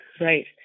Right